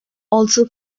also